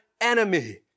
enemy